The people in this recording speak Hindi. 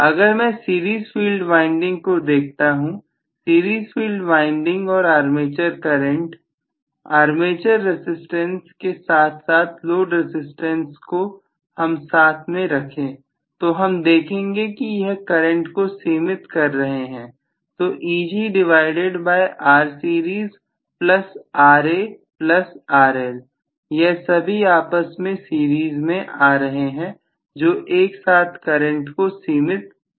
अगर मैं सीरीज फील्ड वाइंडिंग को देखता हूं सीरीज फील्ड वाइंडिंग और आर्मेचर करंट आर्मेचर रसिस्टेंस के साथ साथ लोड रसिस्टेंस को हम साथ में रखें तो हम देखेंगे कि यह करंट को सीमित कर रहे हैं तो Eg divided by R series plus Ra plus RL यह सभी आपस में सीरीज में आ रहे हैं जो एक साथ करंट को सीमित कर रहे हैं